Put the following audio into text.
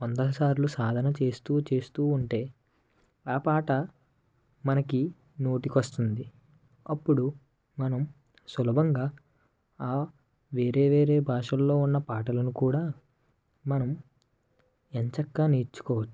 వందల సార్లు సాధన చేస్తూ చేస్తూ ఉంటే ఆ పాట మనకి నోటికి వస్తుంది అప్పుడు మనం సులభంగా వేరే వేరే భాషల్లో ఉన్న పాటలు కూడా మనం ఎంచక్కా నేర్చుకోవచ్చు